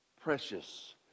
precious